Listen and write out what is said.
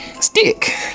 Stick